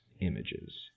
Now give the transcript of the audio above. images